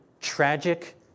tragic